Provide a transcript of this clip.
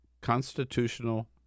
constitutional